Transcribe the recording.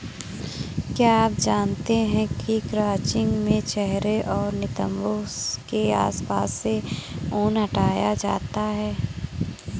क्या आप जानते है क्रचिंग में चेहरे और नितंबो के आसपास से ऊन हटाया जाता है